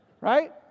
right